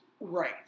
Right